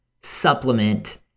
supplement